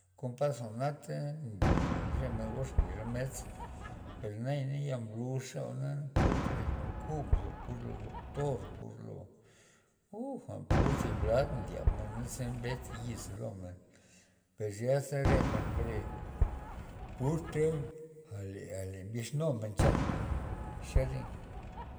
Kon paz jwa'nate nly re men gox nly romedze per nayana ya blux re jwa'na na purta re jwa'n kub nzo pur doktor pur lo uuja ziblad ndyab men naze mbes yiz lo men perzyasa re men mbre purta ale- ale bixnumen chanmen zerey.